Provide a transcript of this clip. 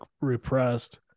repressed